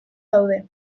daude